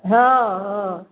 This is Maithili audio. हॅं हॅं